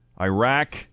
Iraq